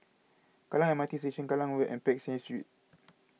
Kallang M R T Station Kallang Road and Peck Seah Street